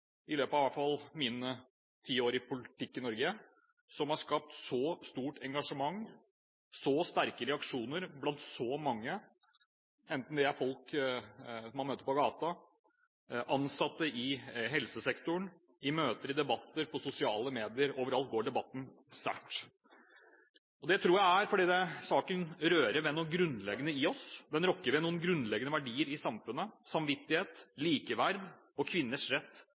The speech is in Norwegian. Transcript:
i løpet av i hvert fall mine ti år i politikken i Norge – som har skapt så stort engasjement og så sterke reaksjoner blant så mange, enten det er folk man møter på gaten, ansatte i helsesektoren, i møter, i debatter, på sosiale medier – overalt går debatten sterkt. Jeg tror det er fordi saken rører ved noe grunnleggende i oss, den rokker ved noen grunnleggende verdier i samfunnet: samvittighet, likeverd og kvinners rett